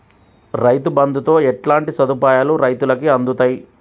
రైతు బంధుతో ఎట్లాంటి సదుపాయాలు రైతులకి అందుతయి?